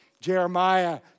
Jeremiah